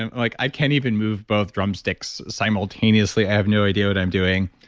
and like i can't even move both drumsticks simultaneously. i have no idea what i'm doing.